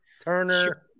Turner